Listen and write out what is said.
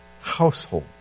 household